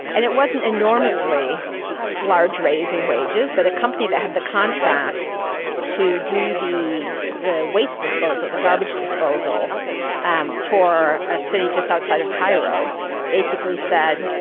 and it wasn't an enormously large raising wages but a company that had the contract to do the the waste disposal, the garbage disposal um for a city just outside of cairo basically said,